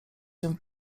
się